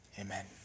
Amen